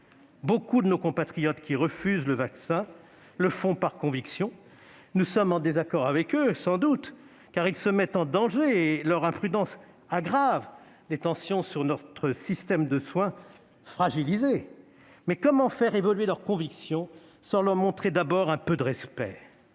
Beaucoup de nos compatriotes qui refusent le vaccin le font par conviction. Nous sommes en désaccord avec eux, sans doute, car ils se mettent en danger et leur imprudence aggrave les tensions sur notre système de soins fragilisé, mais comment faire évoluer leur conviction sans leur montrer d'abord un peu de respect ?